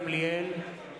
גמליאל,